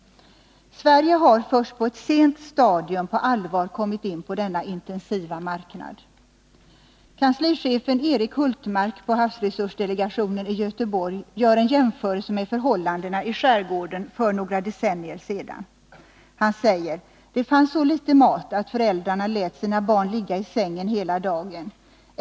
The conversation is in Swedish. Sverige har först på ett sent stadium på allvar kommit in på denna intensiva marknad. Kanslichefen Erik Hultmark på havsresursdelegationen i Göteborg gör en jämförelse med förhållandena i skärgården för några decennier sedan. Han säger: ”Det fanns så litet mat att föräldrarna lät sina barn ligga i sängen hela dagen.